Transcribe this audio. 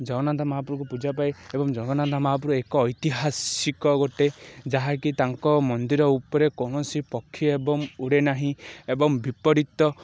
ଜଗନ୍ନାଥ ମହାପୁରୁକୁ ପୂଜା ପାଏ ଏବଂ ଜଗନ୍ନାଥ ମହାପୁରୁ ଏକ ଐତିହାସିକ ଗୋଟେ ଯାହାକି ତାଙ୍କ ମନ୍ଦିର ଉପରେ କୌଣସି ପକ୍ଷୀ ଏବଂ ଉଡ଼େ ନାହିଁ ଏବଂ ବିପରୀତ